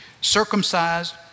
circumcised